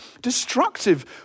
destructive